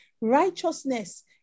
Righteousness